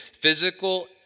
physical